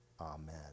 Amen